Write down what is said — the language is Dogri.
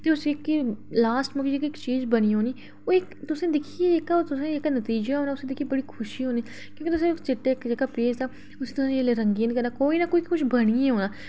ते उसी लास्ट बिच जेह्की चीज बनी जानी ते ओह् तुसें जेह्का नतीजा होना उसी दिक्खियै तुसेंगी बड़ी खुशी होनी क्योंकि तुसें जेह्का चिट्टा पेज हा उसी जेल्लै तुस रंगीन करो किश ना किश बनी गै जाना